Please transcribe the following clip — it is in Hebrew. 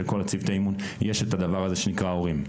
של כל צוותי האימון יש את הדבר הזה שנקרא הורים.